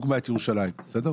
בא לירושלים, לדוגמה,